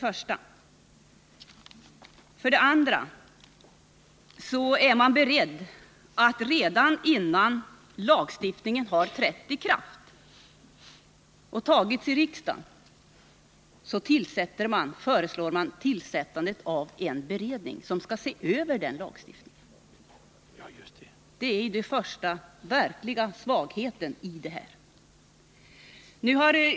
För det andra är regeringen beredd att redan innan lagstiftningen har antagits av riksdagen och trätt i kraft föreslå tillsättandet av en beredning som skall se över denna lagstiftning. Det är den första verkliga svagheten i denna proposition.